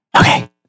Okay